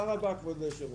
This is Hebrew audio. תודה רבה, כבוד היושב-ראש.